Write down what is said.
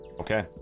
Okay